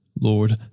Lord